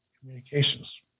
Communications